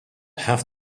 have